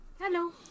Hello